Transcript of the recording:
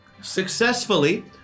successfully